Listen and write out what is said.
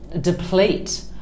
deplete